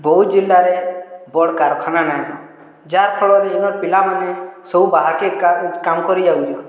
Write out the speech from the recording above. ବୌଦ୍ଧ ଜିଲ୍ଲାରେ ବଡ଼୍ କାରଖାନା ନାଇଁନ ଯାହା ଫଳରେ ଏନର୍ ପିଲାମାନେ ସବୁ ବାହାର୍କେ କାମ୍ କରି ଯାଉଛନ୍